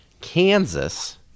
kansas